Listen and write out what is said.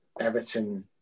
Everton